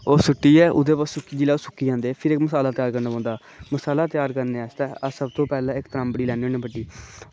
ओह् सुट्टियै ओह्दे उप्पर ओह् सुक्की जंदा ते फिर उसी त्यार करना पौंदा ते ओह् सारा त्यार करने आस्तै अस सारें कोला पैह्लें त्राम्बड़ी लैने होने बड्डी